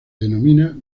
denomina